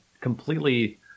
completely